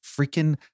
freaking